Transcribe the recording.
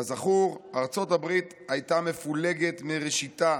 כזכור, ארצות הברית הייתה מפולגת מראשיתה